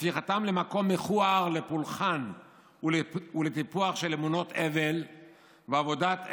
הפיכתם למקום מכוער לפולחן ולטיפוח של אמונות הבל ועבודת עץ,